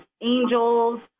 angels